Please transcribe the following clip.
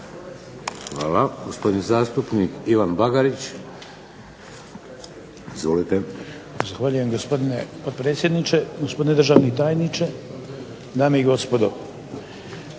Hvala. Gospodin zastupnik Ivan Bagarić, izvolite. **Bagarić, Ivan (HDZ)** Zahvaljujem, gospodine potpredsjedniče. Gospodine državni tajniče, dame i gospodo.